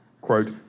quote